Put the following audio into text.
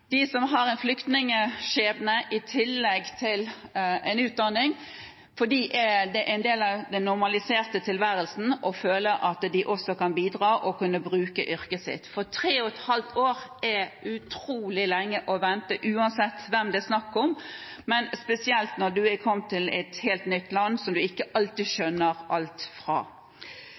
som har en flyktningskjebne i tillegg til en utdanning, er det en del av den normaliserte tilværelsen å føle at også de kan bidra ved å kunne bruke yrket sitt. Tre og et halvt år er utrolig lenge å vente, uansett hvem det er snakk om, men spesielt når en er kommet til et helt nytt land, der en ikke alltid skjønner alt. Statsråd Høie mente at studentene fra